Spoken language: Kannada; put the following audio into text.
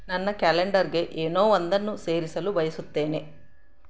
ನನ್ನ ಕ್ಯಾಲೆಂಡರ್ಗೆ ಏನೋ ಒಂದನ್ನು ಸೇರಿಸಲು ಬಯಸುತ್ತೇನೆ